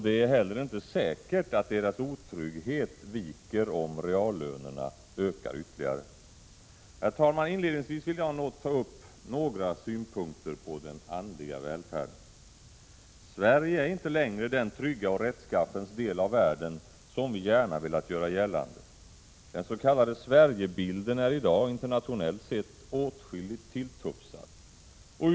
Det är inte heller säkert att deras otrygghet viker om reallönerna ökar ytterligare. Herr talman! Jag vill först ta upp några synpunkter på den andliga välfärden. Sverige är inte längre den trygga och rättsskaffens del av världen som vi gärna har velat göra gällande. Den. k. Sverigebilden är i dag, internationellt sett, åtskilligt tilltufsad.